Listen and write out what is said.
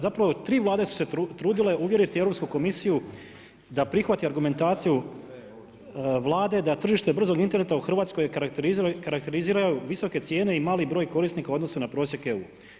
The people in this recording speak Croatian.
Zapravo tri Vlade su se trudile uvjeriti Europsku komisiju da prihvati argumentaciju Vlade da tržište brzog interneta karakteriziraju visoke cijene i mali broj korisnika u odnosu na prosjek EU.